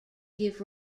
give